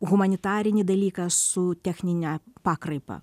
humanitarinį dalyką su technine pakraipa